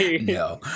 No